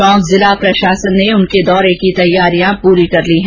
टोंक जिला प्रशासन ने उनके दौरे की तैयारियां पूरी कर ली हैं